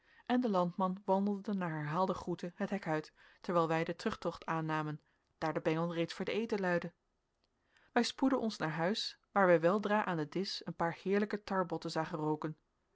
en de landman wandelde na herhaalde groete het hek uit terwijl wij den terugtocht aannamen daar de bengel reeds voor den eten luidde wij spoedden ons naar huis waar wij weldra aan den disch een paar heerlijke tarbotten zagen rooken